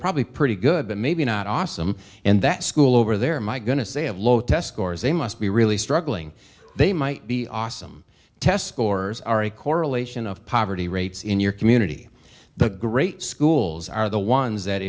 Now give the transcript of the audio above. probably pretty good but maybe not awesome and that school over there my going to say have low test scores they must be really struggling they might be awesome test scores are a correlation of poverty rates in your community the great schools are the ones that